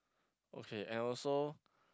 okay and also